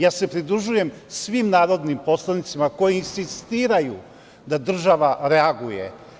Ja se pridružujem svim narodnim poslanicima koji insistiraju da država reaguje.